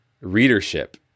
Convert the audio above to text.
readership